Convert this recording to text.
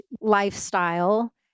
lifestyle